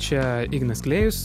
čia ignas klėjus